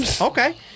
Okay